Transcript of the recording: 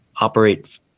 operate